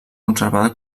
conservada